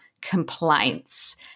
complaints